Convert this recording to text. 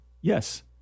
Yes